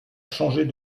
changer